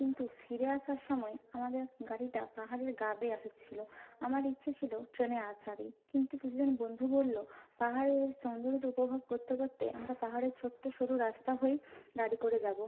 কিন্তু ফিরে আসার সময় আমাদের গাড়িটা পাহাড়ের গা বেয়ে আসছিল আমার ইচ্ছে ছিল ট্রেনে আসারই কিন্তু কিছুজন বন্ধু বললো পাহাড়ের সৌন্দর্য উপভোগ করতে করতে আমরা পাহাড়ের ছোট্ট সরু রাস্তা হয়েই গাড়ি করে যাব